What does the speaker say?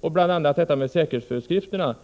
tar vi upp detta med säkerhetsföreskrifterna.